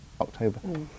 October